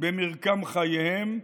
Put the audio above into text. במרקם חייהם,